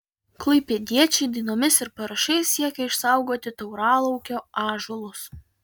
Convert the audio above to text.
klaipėdiečiai dainomis ir parašais siekia išsaugoti tauralaukio ąžuolus